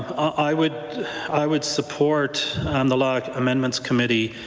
i would i would support and the law amendments committee